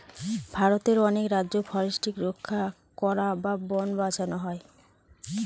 ভারতের অনেক রাজ্যে ফরেস্ট্রি রক্ষা করা বা বোন বাঁচানো হয়